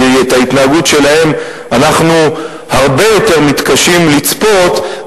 כי את ההתנהגות שלהם אנחנו הרבה יותר מתקשים לצפות,